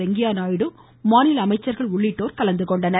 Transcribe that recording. வெங்கய்ய நாயுடு மாநில அமைச்சர்கள் உள்ளிட்டோர் கலந்துகொண்டனர்